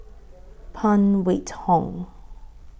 Phan Wait Hong